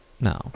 No